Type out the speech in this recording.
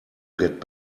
get